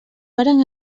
varen